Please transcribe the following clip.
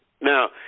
now